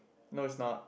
no is not